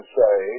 say